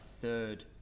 third